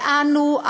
ואנו,